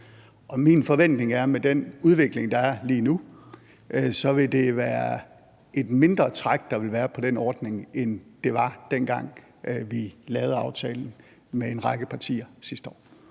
Og min forventning er – med den udvikling, der er lige nu – at det vil være et mindre træk, der vil være på den ordning, end der var, dengang vi lavede aftalen med en række partier sidste år.